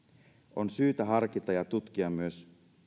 on syytä harkita ja tutkia myös